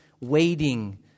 waiting